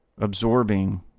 absorbing